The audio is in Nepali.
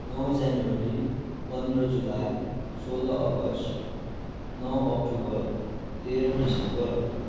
नौ जनवरी पन्ध्र जुलाई सोह्र अगस्ट नौ अक्टोबर तेह्र डिसेम्बर